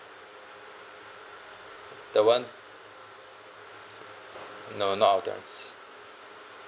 the one no not our terrence